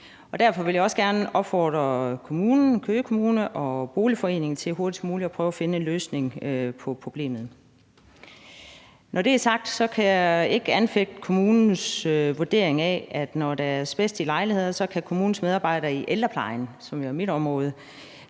Derfor vil jeg også gerne opfordre kommunen, Køge Kommune, og boligforeningen til hurtigst muligt at prøve at finde en løsning på problemet. Når det er sagt, kan jeg ikke anfægte kommunens vurdering af, at når der er asbest i lejligheder, kan kommunens medarbejdere i ældreplejen, som jo er mit område,